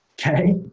okay